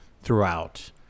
throughout